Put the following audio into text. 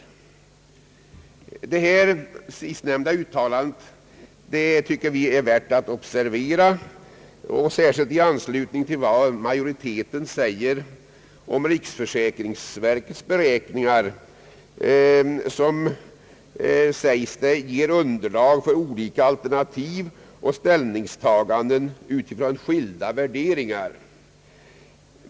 Detta sistnämnda uttalande tycker vi är värt att observera, särskilt i anslutning till vad majoriteten yttrar om riksförsäkringsverkets beräkningar, som sägs ge underlag för olika alternativ och ställningstaganden utifrån skilda värderingar.